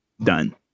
Done